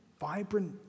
vibrant